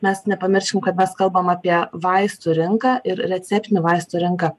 mes nepamirškim kad mes kalbam apie vaistų rinką ir receptinių vaistų rinką